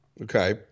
Okay